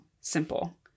simple